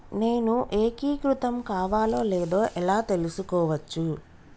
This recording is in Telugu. నేను ఏకీకృతం కావాలో లేదో ఎలా తెలుసుకోవచ్చు?